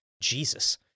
Jesus